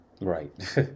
Right